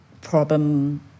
problem